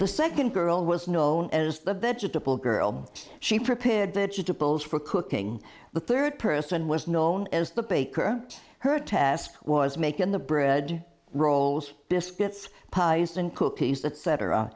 the second girl was known as the vegetable girl she prepared to tuples for cooking the third person was known as the baker her task was to make in the bread rolls biscuits pies and cookies that cetera